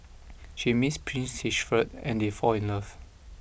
she meets Prince Siegfried and they fall in love